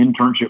internship